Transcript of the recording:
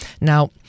Now –